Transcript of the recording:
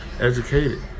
educated